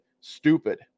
stupid